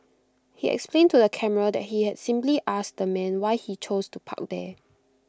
he explained to the camera that he had simply asked the man why he chose to park there